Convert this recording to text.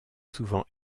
souvent